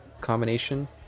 combination